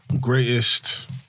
Greatest